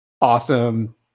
awesome